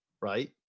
right